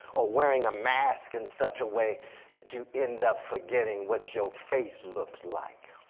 or wearing a mask in such way that you end up forgetting what your face looks like.